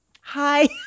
hi